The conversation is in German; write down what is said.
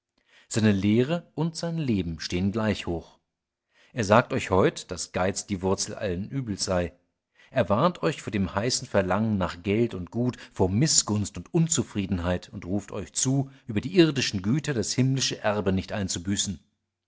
seine lehre und sein leben stehen gleich hoch er sagt euch heut daß geiz die wurzel alles übels sei er warnt euch vor dem heißen verlangen nach geld und gut vor mißgunst und unzufriedenheit und ruft euch zu über die irdischen güter das himmlische erbe nicht einzubüßen